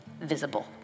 visible